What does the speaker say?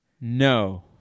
No